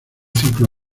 ciclo